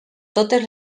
totes